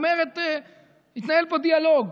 התנהל פה דיאלוג.